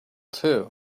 too